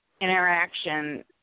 interaction